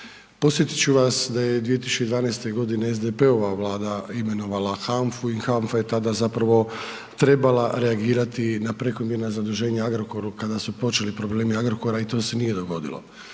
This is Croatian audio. Podsjetit ću vas da je 2012.g. SDP-ova Vlada imenovala HANFA-u i HANFA je tada zapravo trebala reagirati na prekomjerna zaduženja Agrokoru kada su počeli problemi Agrokora i to se nije dogodilo.